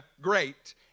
great